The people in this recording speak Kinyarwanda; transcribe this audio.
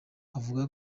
avuga